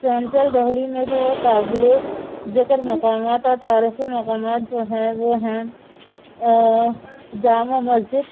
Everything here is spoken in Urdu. سینٹرل دہلی میں تو قابل ذکر مقامات تاریخی مقامات جو ہیں وہ ہیں جامع مسجد